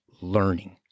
learning